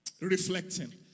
Reflecting